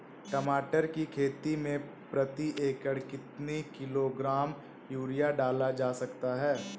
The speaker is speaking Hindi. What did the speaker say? टमाटर की खेती में प्रति एकड़ कितनी किलो ग्राम यूरिया डाला जा सकता है?